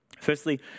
Firstly